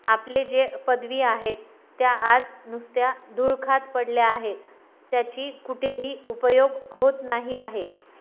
आपले जे पदवी आहेत त्या आज नुसत्या धूळ खात पडल्या आहेत त्याची कुठेही उपयोग होत नाही आहे